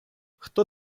хто